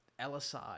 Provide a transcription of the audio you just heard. LSI